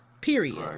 period